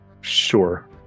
Sure